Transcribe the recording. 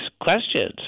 questions